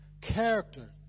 Character